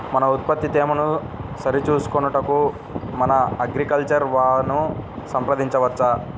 మన ఉత్పత్తి తేమను సరిచూచుకొనుటకు మన అగ్రికల్చర్ వా ను సంప్రదించవచ్చా?